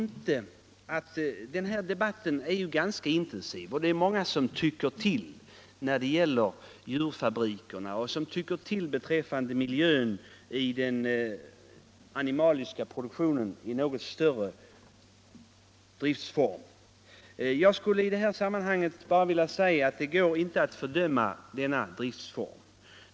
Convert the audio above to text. Debatten om djurfabrikerna är ganska intensiv. Många tycker till om miljön i samband med animalieproduktion i en något större driftsform. Jag vill i det sammanhanget bara säga att det går inte att fördöma denna driftsform.